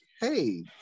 hey